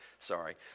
Sorry